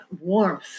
warmth